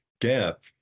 gap